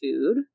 food